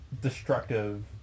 destructive